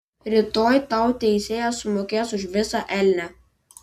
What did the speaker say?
rytoj tau teisėjas sumokės už visą elnią